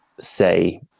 say